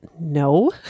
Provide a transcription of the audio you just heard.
no